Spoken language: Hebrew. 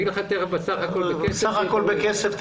סך הכול בכסף,